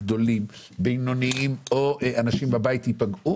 גדולים ובינוניים ואנשים בבית ייפגעו